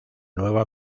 nueva